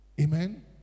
Amen